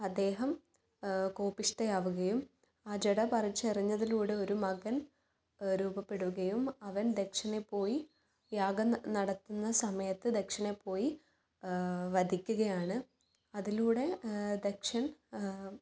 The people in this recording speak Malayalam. അദ്ദേഹം കോപിഷ്ടയാവുകയും ആ ജഡ പറിച്ചെറിഞ്ഞത്തിലൂടെ ഒരു മകൻ രൂപപ്പെടുകയും അവൻ ദക്ഷനെ പോയി യാഗം നടത്തുന്ന സമയത്ത് ദക്ഷനെ പോയി വധിക്കുകയാണ് അതിലൂടെ ദക്ഷൻ